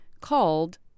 called